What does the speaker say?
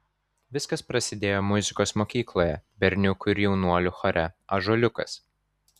viskas prasidėjo muzikos mokykloje berniukų ir jaunuolių chore ąžuoliukas